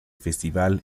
festival